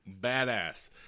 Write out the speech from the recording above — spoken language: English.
badass